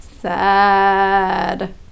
sad